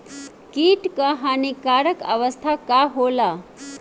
कीट क हानिकारक अवस्था का होला?